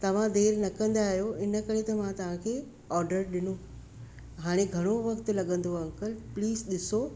तव्हां देरि न कंदा आहियो इन करे त मां तव्हांखे ऑडर ॾिनो हाणे घणो वक़्तु लॻंदव अंकल प्लीज़ ॾिसो